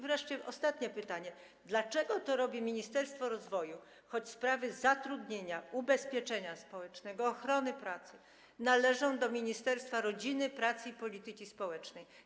Wreszcie ostatnie pytanie: Dlaczego robi to Ministerstwo Rozwoju, choć sprawy zatrudnienia, ubezpieczenia społecznego, ochrony pracy należą do Ministerstwa Rodziny, Pracy i Polityki Społecznej?